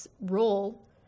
role